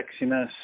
sexiness